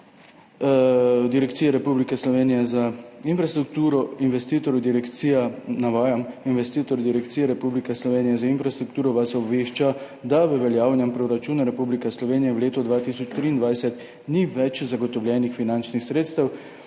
Direkcije Republike Slovenije za infrastrukturo, investitor direkcija, navajam: »Investitor Direkcija Republike Slovenije za infrastrukturo vas obvešča, da v veljavnem proračunu Republike Slovenije v letu 2023 ni več zagotovljenih finančnih sredstev.«